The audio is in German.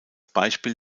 beispiel